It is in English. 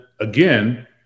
again